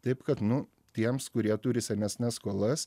taip kad nu tiems kurie turi senesnes skolas